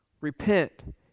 Repent